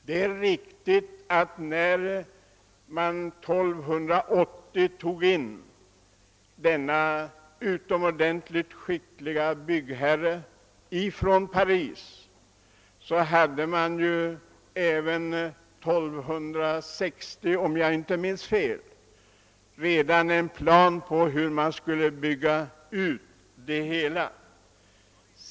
När man år 1280 tog hit den utomordentligt skicklige byggmästaren från Paris hade man, om jag inte minns fel, redan från 1260 en plan för hur man skulle bygga ut kyrkan.